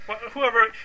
Whoever